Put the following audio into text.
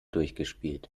durchgespielt